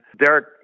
Derek